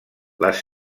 les